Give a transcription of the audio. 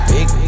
Big